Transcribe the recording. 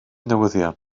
newyddion